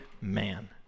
man